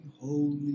Holy